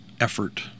Effort